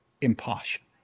impartial